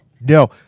no